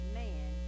man